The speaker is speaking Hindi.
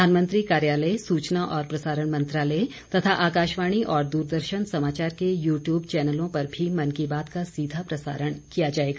प्रधानमंत्री कार्यालय सूचना और प्रसारण मंत्रालय तथा आकाशवाणी और दूरदर्शन समाचार के यू ट्यूब चैनलों पर भी मन की बात का सीधा प्रसारण किया जाएगा